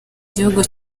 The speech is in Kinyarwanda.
gihugu